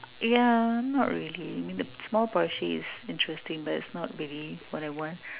yeah not really the small Porsche is interesting but it's not really what I want